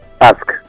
ask